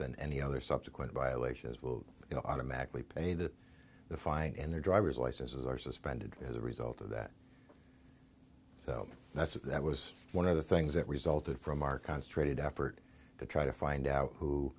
than any other subsequent violations will automatically pay the fine and their driver's licenses are suspended as a result of that that's that was one of the things that resulted from our concentrated effort to try to find out who